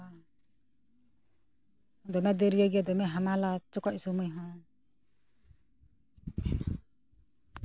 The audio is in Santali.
ᱫᱚᱢᱮ ᱫᱟᱹᱨᱭᱟᱹ ᱜᱮᱭᱟ ᱫᱚᱢᱮ ᱦᱟᱢᱟᱞᱟ ᱪᱚᱠᱚᱡ ᱥᱚᱢᱚᱭ ᱦᱚᱸ